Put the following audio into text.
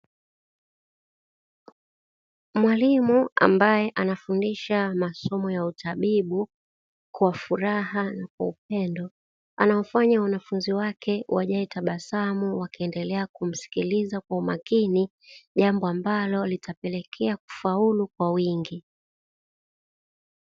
Mwalimu ambaye anafundisha masomo ya utabibu kwa furaha na kwa upendo, anawafanya wanafunzi wake wajae tabasamu wakiendelea kumskiliza kwa umakini; jambo ambalo litapelekea kufaulu kwa wingi.